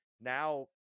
now